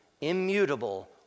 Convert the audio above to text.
immutable